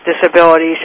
Disabilities